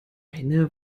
eine